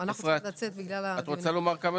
רוצה לומר כמה דברים?